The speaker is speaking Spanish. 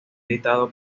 editado